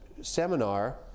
seminar